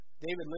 David